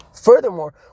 Furthermore